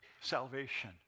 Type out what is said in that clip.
salvation